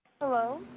Hello